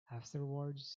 afterwards